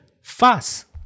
fast